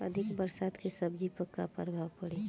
अधिक बरसात के सब्जी पर का प्रभाव पड़ी?